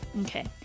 Okay